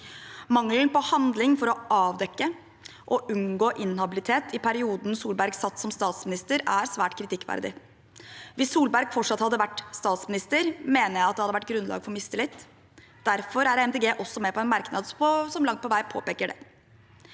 Mangelen på handling for å avdekke og unngå inhabilitet i perioden Solberg satt som statsminister, er svært kritikkverdig. Hvis Solberg fortsatt hadde vært statsminister, mener jeg det hadde vært grunnlag for mistillit. Derfor er Miljøpartiet De Grønne også med på en merknad som langt på vei påpeker det.